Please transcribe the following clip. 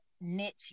niche